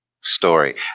story